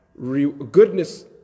goodness